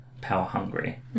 power-hungry